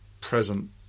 present